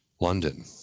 London